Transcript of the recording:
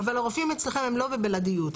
אבל הרופאים אצלכם הם לא בבלעדיות,